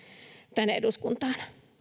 tänne eduskuntaan